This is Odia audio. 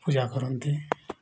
ପୂଜା କରନ୍ତି